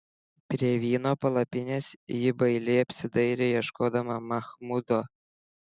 prie vyno palapinės ji bailiai apsidairė ieškodama machmudo